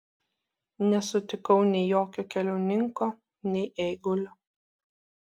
nesutikau nei jokio keliauninko nei eigulio